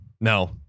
no